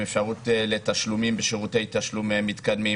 עם אפשרות לתשלומים בשירותי תשלומים מתקדמים,